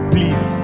Please